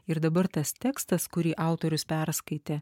ir dabar tas tekstas kurį autorius perskaitė